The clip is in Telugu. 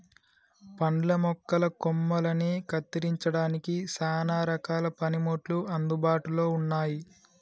పండ్ల మొక్కల కొమ్మలని కత్తిరించడానికి సానా రకాల పనిముట్లు అందుబాటులో ఉన్నాయి